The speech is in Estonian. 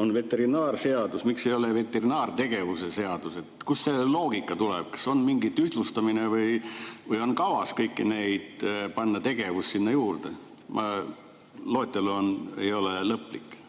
On veterinaarseadus, miks see ei ole veterinaartegevuse seadus? Kust see loogika tuleb? Kas on mingi ühtlustamine, kas on kavas panna kõigile neile "tegevus" juurde? Loetelu ei ole lõplik.